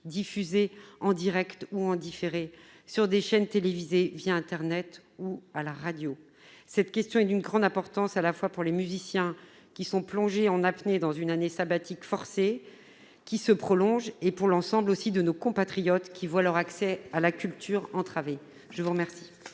diffusés en direct ou en différé, sur des chaînes télévisées, internet ou à la radio ? Cette question est d'une grande importance, à la fois pour les musiciens qui sont plongés en apnée dans une année sabbatique forcée et qui se prolonge, et pour l'ensemble de nos compatriotes, qui voient leur accès à la culture entravé. La parole